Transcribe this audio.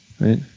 right